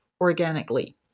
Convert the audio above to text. organically